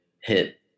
hit